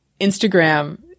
Instagram